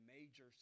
major